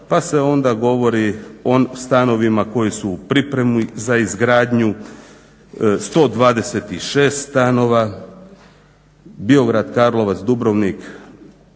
pa se onda govori o stanovima koji su u pripremi za izgradnju 126 stanova – Biograd, Karlovac, Dubrovnik,